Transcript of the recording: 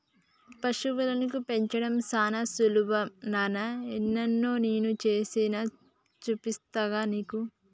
పశువులను పెంచడం సానా సులువు నాన్న ఎలానో నేను సేసి చూపిస్తాగా నీకు